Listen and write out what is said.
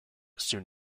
soon